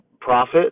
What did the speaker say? profit